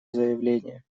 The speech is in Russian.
заявление